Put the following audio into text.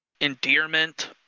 endearment